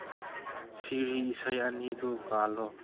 ꯁꯤꯔꯤ ꯏꯁꯩ ꯑꯅꯤꯗꯨ ꯀꯥꯜꯂꯣ